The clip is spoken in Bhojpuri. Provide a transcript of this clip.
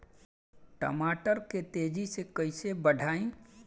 टमाटर के तेजी से कइसे बढ़ाई?